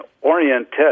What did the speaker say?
oriented